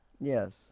Yes